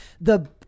the-